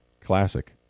Classic